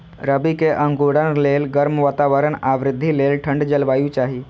रबी के अंकुरण लेल गर्म वातावरण आ वृद्धि लेल ठंढ जलवायु चाही